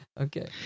Okay